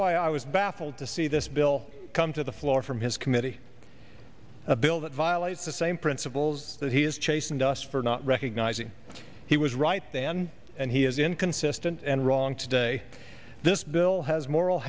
why i was baffled to see this bill come to the floor from his committee a bill that violates the same principles that he is chastened us for not recognizing he was right then and he is inconsistent and wrong today this bill has moral